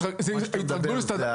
אתה מדבר על